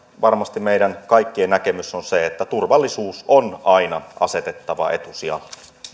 varmasti meidän kaikkien näkemys on se että turvallisuus on aina asetettava etusijalle